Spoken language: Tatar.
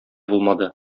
булмады